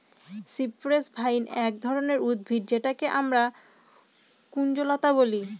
cypress vine এক ধরনের উদ্ভিদ যেটাকে আমরা কুঞ্জলতা বলি